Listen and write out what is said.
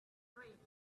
rain